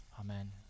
Amen